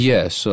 Yes